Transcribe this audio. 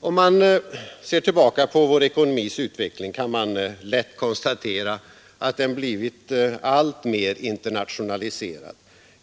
Om man ser tillbaka på vår ekonomis utveckling kan man lätt konstatera att den blivit alltmer internationaliserad.